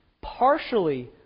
partially